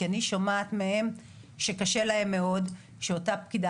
כי אני שומעת מהם שקשה להם מאוד שאותה פקידה